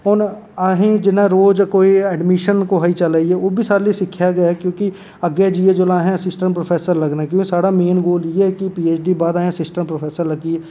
हून असेंगी जियां रोज़ कोई एडमिशन कुसै दी चला दी ऐ ओह्बी साढ़े लेई सिक्खेआ गै क्योंकि अग्गें जाइयै जेल्लै असें असीस्टेंट प्रोफेसर लग्गना ते ओह्दे साढ़ा मेन गोल इ'यै कि असें असिस्टेंट प्रोफेसर लग्गिये